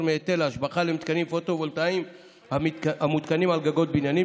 מהיטל השבחה למתקנים פוטו-וולטאיים המותקנים על גגות בניינים,